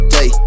Day